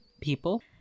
people